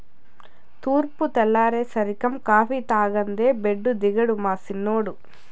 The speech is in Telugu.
తూర్పు తెల్లారేసరికం కాఫీ తాగందే బెడ్డు దిగడు మా సిన్నోడు